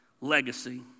legacy